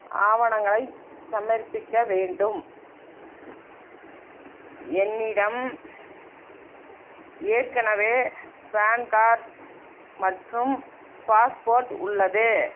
ஆவணங்களைச் சமர்ப்பிக்க வேண்டும் என்னிடம் ஏற்கனவே பான் கார்ட் மற்றும் பாஸ்போர்ட் உள்ளது